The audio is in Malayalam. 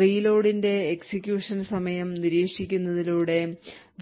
റീലോഡിന്റെ എക്സിക്യൂഷൻ സമയം നിരീക്ഷിക്കുന്നതിലൂടെ